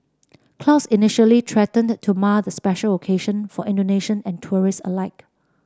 clouds initially threatened to mar the special occasion for Indonesian and tourist alike